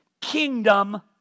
kingdom